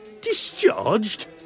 Discharged